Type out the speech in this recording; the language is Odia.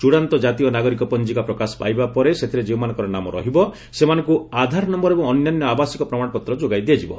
ଚଡ଼ାନ୍ତ କାତୀୟ ନାଗରିକ ପଞ୍ଜିକା ପ୍ରକାଶ ପାଇବାପରେ ସେଥିରେ ଯେଉଁମାନଙ୍କର ନାମ ରହିବ ସେମାନଙ୍କୁ ଆଧାର ନମ୍ଘର ଏବଂ ଅନ୍ୟାନ୍ୟ ଆବାସିକ ପ୍ରମାଣପତ୍ର ଯୋଗାଇଦିଆଯିବ